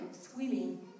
swimming